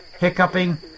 hiccuping